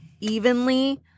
evenly